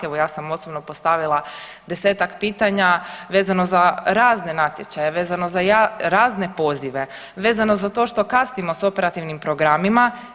Evo ja sam osobno postavila desetak pitanja vezano za razne natječaje, vezano za razne pozive, vezano za to što kasnimo sa operativnim programima.